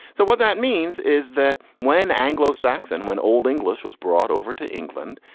so what that means is that when anglo saxon, when old english was brought over to england,